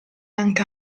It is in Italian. anche